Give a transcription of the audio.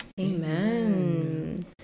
amen